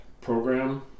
program